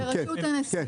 כן, בראשות הנשיא.